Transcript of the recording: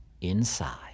inside